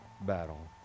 battle